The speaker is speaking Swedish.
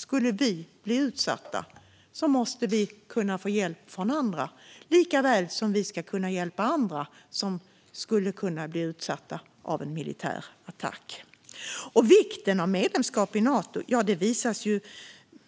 Skulle vi bli utsatta måste vi kunna få hjälp från andra, likaväl som vi ska kunna hjälpa andra som skulle kunna bli utsatta för en militär attack. Vikten av medlemskap i Nato visas